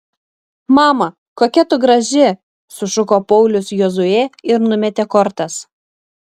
mama kokia tu graži sušuko paulius jozuė ir numetė kortas